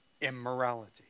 immorality